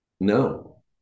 No